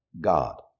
God